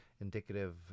indicative